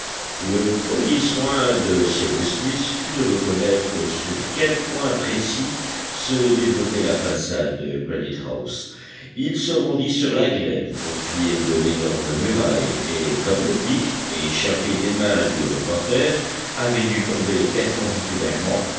le premier soin de cyrus smith fut de reconnaître sur quel point précis se développait la façade de granite house il se rendit sur la grève au pied de l'énorme muraille et comme le pic échappé des mains du reporter avait dû tomber perpendiculairement